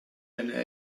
ernähre